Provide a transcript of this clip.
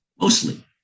Mostly